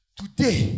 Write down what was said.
today